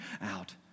out